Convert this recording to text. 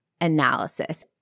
analysis